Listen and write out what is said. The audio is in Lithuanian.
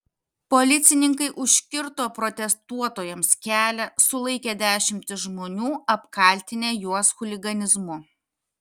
policininkai užkirto protestuotojams kelią sulaikė dešimtis žmonių apkaltinę juos chuliganizmu